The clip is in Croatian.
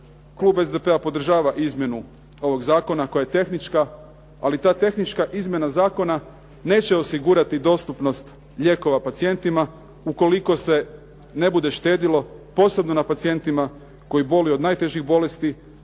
klub SDP- podržava izmjenu ovog zakona koja je tehnička. Ali ta tehnička izmjena zakona neće osigurati dostupnost lijekova pacijentima ukoliko se ne bude štedilo posebno na pacijentima koji boluju od najtežih bolesti,